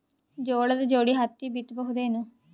ಜೋಳದ ಜೋಡಿ ಹತ್ತಿ ಬಿತ್ತ ಬಹುದೇನು?